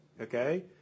okay